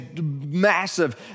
massive